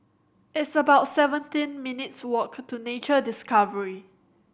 it's about seventeen minutes' walk to Nature Discovery